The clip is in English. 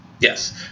Yes